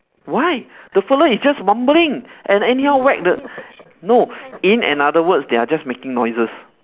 why the fellow is just mumbling and anyhow whack the no in another words they are just making noises